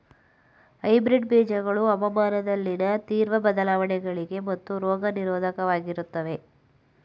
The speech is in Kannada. ಹೈಬ್ರಿಡ್ ಬೀಜಗಳು ಹವಾಮಾನದಲ್ಲಿನ ತೀವ್ರ ಬದಲಾವಣೆಗಳಿಗೆ ಮತ್ತು ರೋಗ ನಿರೋಧಕವಾಗಿರುತ್ತವೆ